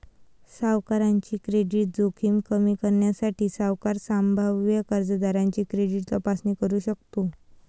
सावकाराची क्रेडिट जोखीम कमी करण्यासाठी, सावकार संभाव्य कर्जदाराची क्रेडिट तपासणी करू शकतो